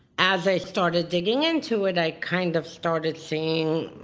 as i started digging into it, i kind of started seeing